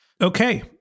Okay